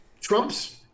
Trump's